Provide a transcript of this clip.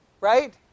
right